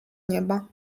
nieba